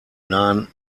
nahen